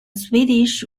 swedish